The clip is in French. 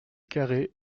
carrez